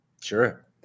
Sure